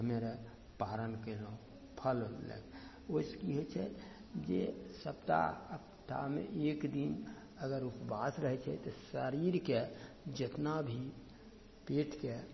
हमे अर पारन कयलहुँ फल लअ कऽ ओइसँ की होइ छै जे सप्ताह हफ्ताहमे एक दिन अगर उपवास रहय छै तऽ शरीरके जेतना भी पेटके